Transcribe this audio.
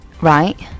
Right